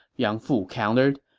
yang fu countered.